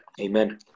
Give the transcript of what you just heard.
Amen